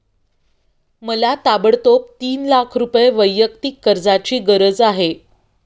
मला ताबडतोब तीन लाख रुपये वैयक्तिक कर्जाची गरज आहे